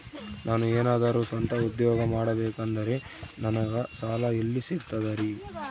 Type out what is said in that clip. ನಾನು ಏನಾದರೂ ಸ್ವಂತ ಉದ್ಯೋಗ ಮಾಡಬೇಕಂದರೆ ನನಗ ಸಾಲ ಎಲ್ಲಿ ಸಿಗ್ತದರಿ?